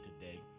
today